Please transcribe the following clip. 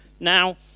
Now